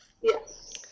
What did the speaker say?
Yes